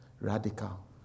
radical